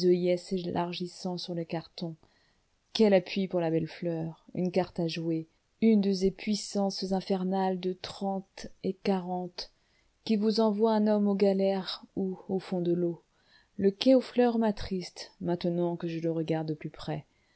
s'élargissant sur le carton quel appui pour la belle fleur une carte à jouer une de ces puissances infernales de trente et quarante qui vous envoient un homme aux galères ou au fond de l'eau le quai aux fleurs m'attriste maintenant que je le regarde de plus près